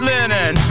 Linen